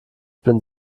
bin